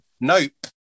Nope